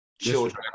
children